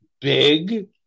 big